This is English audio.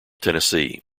tennessee